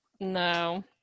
No